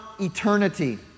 eternity